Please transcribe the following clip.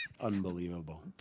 Unbelievable